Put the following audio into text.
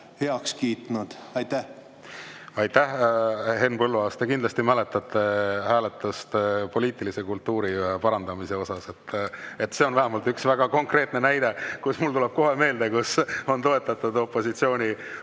heaks kiitnud? Aitäh, Henn Põlluaas! Te kindlasti mäletate hääletust poliitilise kultuuri parandamise osas. See on vähemalt üks väga konkreetne näide, mis mul tuleb kohe meelde, kus on toetatud opositsiooni